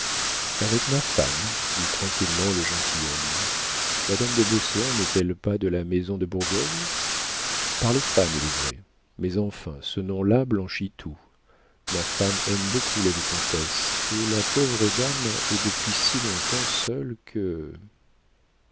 avec ma femme dit tranquillement le gentilhomme madame de beauséant n'est-elle pas de la maison de bourgogne par les femmes il est vrai mais enfin ce nom-là blanchit tout ma femme aime beaucoup la vicomtesse et la pauvre dame est depuis si longtemps seule que